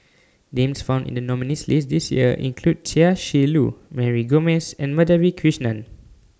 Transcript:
Names found in The nominees' list This Year include Chia Shi Lu Mary Gomes and Madhavi Krishnan